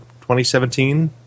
2017